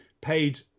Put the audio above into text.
paid